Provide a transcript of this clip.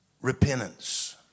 repentance